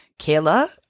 Kayla